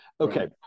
Okay